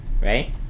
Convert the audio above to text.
right